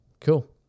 cool